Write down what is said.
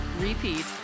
repeat